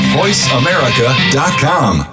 voiceamerica.com